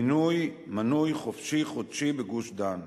מנוי "חופשי חודשי" בגוש-דן.